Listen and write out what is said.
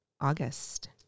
august